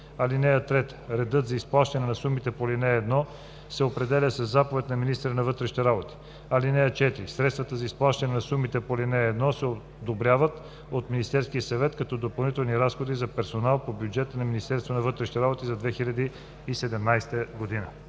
(3) Редът за изплащане на сумите по ал. 1 се определя със заповед на министъра на вътрешните работи. (4) Средствата за изплащане на сумите по ал. 1 се одобряват от Министерския съвет като допълнителни разходи за персонал по бюджета на Министерството на вътрешните работи за 2017 г.“